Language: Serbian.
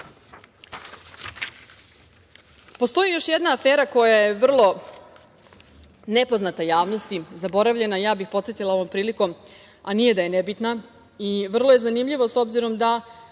milion. Postoji još jedna afera koja je vrlo nepoznata javnosti, zaboravljena. Ja bih podsetila ovom prilikom, a nije da je nebitna i vrlo je zanimljivo obzirom da